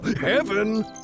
Heaven